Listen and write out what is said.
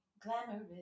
Glamorous